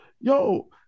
Yo